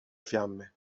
fiamme